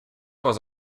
was